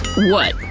what?